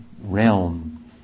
realm